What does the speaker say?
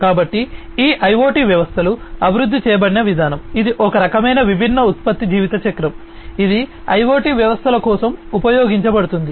కాబట్టి ఈ IoT వ్యవస్థలు అభివృద్ధి చేయబడిన విధానం ఇది ఒక రకమైన విభిన్న ఉత్పత్తి జీవితచక్రం ఇది ఈ IoT వ్యవస్థల కోసం ఉపయోగించబడుతుంది